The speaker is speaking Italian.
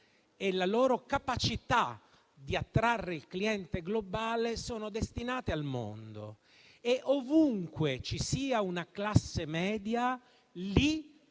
e la loro capacità di attrarre il cliente globale, sono destinate al mondo. Ovunque ci sia una classe media, lì